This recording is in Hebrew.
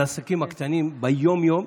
על העסקים הקטנים ביום-יום,